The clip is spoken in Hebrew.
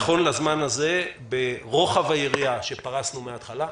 נכון לזמן זה, ברוחב היריעה שפרסנו מההתחלה.